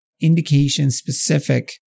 indication-specific